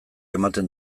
ematen